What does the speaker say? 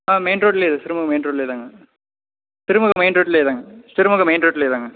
ஆ main ரோட்டிலே Sirumugai main ரோட்டிலே தாங்க சிறுமுகை மெயின் ரோட்டிலே தாங்க சிறுமுகை மெயின் ரோட்டிலே தாங்க